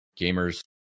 gamers